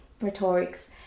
rhetorics